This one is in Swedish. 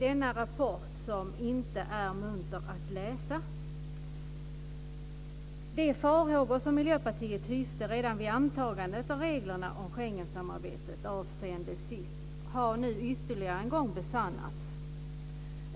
Denna rapport är inte munter att läsa. De farhågor som Miljöpartiet hyste redan vid antagandet av reglerna om Schengensamarbetet avseende SIS har ytterligare en gång besannats.